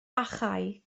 achau